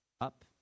up